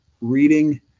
reading